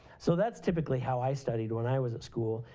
so, that's typically how i studied when i was at school.